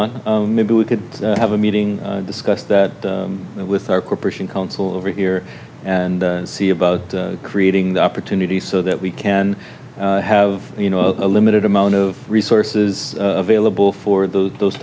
want maybe we could have a meeting to discuss that with our corporation council over here and see about creating the opportunity so that we can have you know a limited amount of resources available for those those